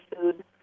food